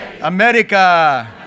America